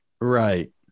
Right